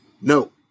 No